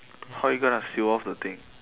how you gonna seal off the thing